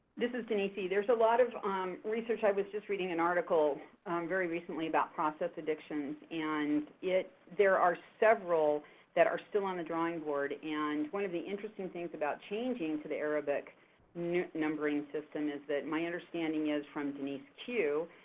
this is denise e. there's a lot of um research, i was just reading an article very recently about process addictions and there are several that are still on the drawing board and one of the interesting things about changing to the arabic numbering system is that my understanding is from denise q,